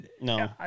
No